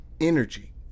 energy